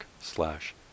slash